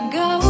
go